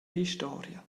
historia